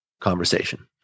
conversation